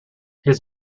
his